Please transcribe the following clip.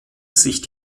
sich